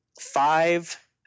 five